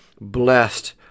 Blessed